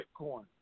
Bitcoin